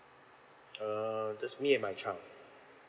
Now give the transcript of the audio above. uh just me and my child